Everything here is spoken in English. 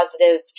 positive